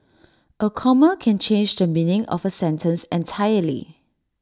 A comma can change the meaning of A sentence entirely